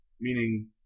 meaning